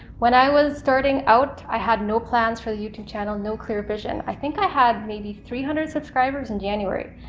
when i was starting out i had no plans for the youtube channel, no clear vision. i think i had maybe three hundred subscribers in january.